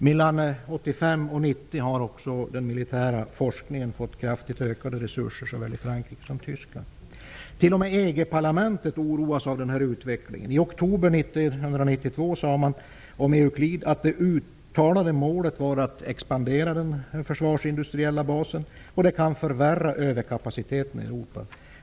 Mellan 1985 och 1990 har den militära forskningen fått kraftigt ökade resurser såväl i Frankrike som i T.o.m. i EG-parlamentet oroas man av denna utveckling. I oktober 1992 sade man om EUCLID att det uttalade målet var att expandera den försvarsindustriella basen. Det kan förvärra överkapaciteten i Europa.